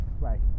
Right